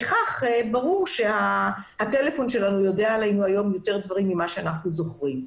ברור שהטלפון שלנו יודע עלינו דברים יותר ממה שאנחנו זוכרים.